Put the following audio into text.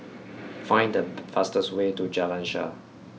find the fastest way to Jalan Shaer